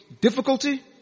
difficulty